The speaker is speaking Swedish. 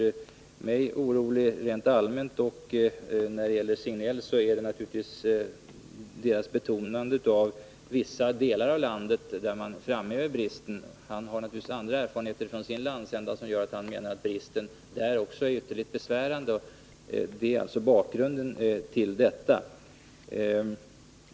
Sven-Gösta Signell har reagerat mot UHÄ:s betonande av tandläkarbristen i vissa delar av landet. Med den kännedom han har om läget i sin egen landsända anser han att bristen också där är ytterligt besvärande. Detta är bakgrunden till frågorna.